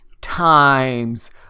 times